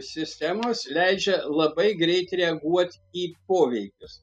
sistemos leidžia labai greit reaguot į poveikius